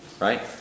right